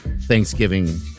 Thanksgiving